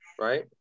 right